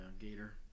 Gator